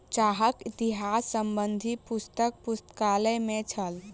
चाहक इतिहास संबंधी पुस्तक पुस्तकालय में छल